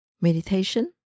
meditation